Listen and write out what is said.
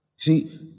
See